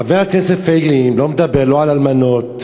חבר הכנסת פייגלין לא מדבר לא על אלמנות,